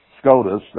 SCOTUS